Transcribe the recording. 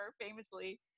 famously